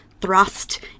thrust